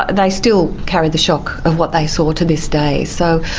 they still carry the shock of what they saw to this day. so,